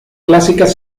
clásicas